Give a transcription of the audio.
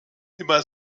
immer